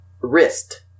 Wrist